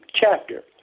chapter